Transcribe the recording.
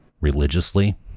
religiously